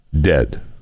dead